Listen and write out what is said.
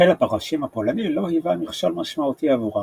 חיל הפרשים הפולני לא היווה מכשול משמעותי עבורם.